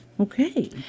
Okay